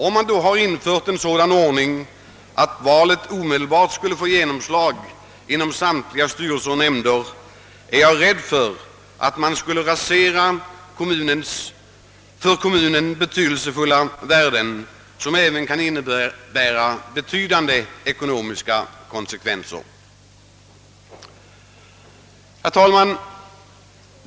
Om man då har infört en sådan ordning, att valresultatet omedelbart får slå igenom inom samtliga styrelser och nämnder, är jag rädd att man skulle rasera för kommunen betydelsefulla värden vilket även kan få betydande ekonomiska konsekvenser. Herr talman!